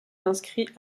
inscrits